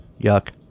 Yuck